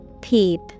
Peep